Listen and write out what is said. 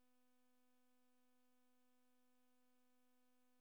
UPSC ಪರೀಕ್ಷೆಯಲ್ಲಿ ತೇರ್ಗಡೆಯಾದವರು IRS ಸೇವೆಗೆ ಬರ್ತಾರೆ